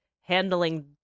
handling